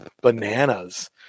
bananas